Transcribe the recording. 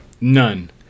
None